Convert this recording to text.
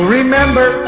remember